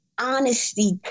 honesty